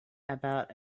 about